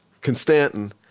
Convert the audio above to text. Constantin